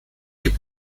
gibt